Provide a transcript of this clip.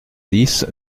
dix